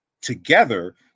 together